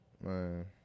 Man